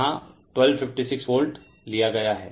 refer time 1214 यहां 1256 volt लिया गया है